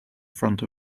front